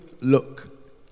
look